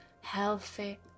healthy